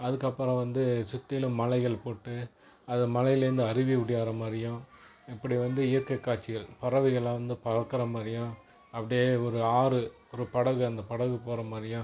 அதுக்கப்புறம் வந்து சுற்றிலும் மலைகள் போட்டு அது மலைலேருந்து அருவி உடியார மாதிரியும் இப்படி வந்து இயற்கை காட்சிகள் பறவைகலாம் வந்து பறக்கிற மாதிரியும் அப்படியே ஒரு ஆறு ஒரு படகு அந்த படகு போகிற மாதிரியும்